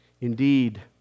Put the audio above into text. Indeed